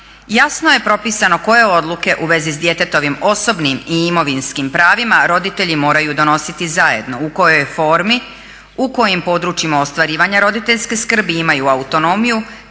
jasno je propisano koje odluke u vezi s djetetovim osobnim i imovinskim pravima roditelji moraju donositi zajedno, u kojoj formi, u kojim područjima ostvarivanja roditeljske skrbi imaju autonomiju,